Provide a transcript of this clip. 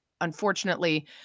Unfortunately